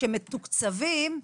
שמתוקצבים,